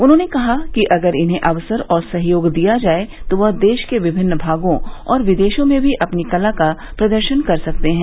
उन्होंने कहा कि अगर इन्हें अवसर और सहयोग दिया जाए तो वह देश के विभिन्न भागों और विदेशों में भी अपनी कला का प्रदर्शन कर सकते हैं